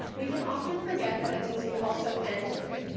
we can often forget that it means we also end later.